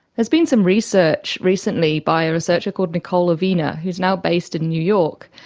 there's been some research recently by a researcher called nicole avena, who is now based in new york,